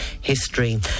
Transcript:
history